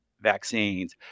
vaccines